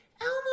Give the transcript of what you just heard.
Elmo